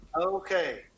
Okay